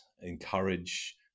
encourage